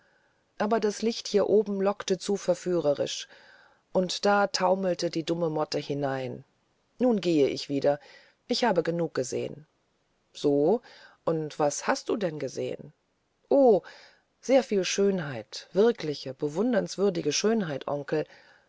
aber das licht hier oben lockte zu verführerisch und da taumelte die dumme motte hinein nun gehe ich wieder ich habe genug gesehen so und was hast du denn gesehen o sehr viel schönheit wirkliche bewunderungswürdige schönheit onkel